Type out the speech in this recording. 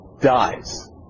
dies